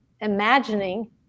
imagining